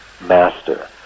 master